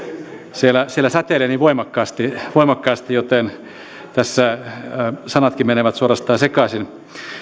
siellä siellä säteilee niin voimakkaasti voimakkaasti joten tässä sanatkin menevät suorastaan sekaisin